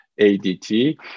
ADT